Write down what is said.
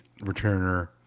returner